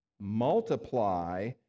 Multiply